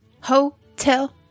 Hotel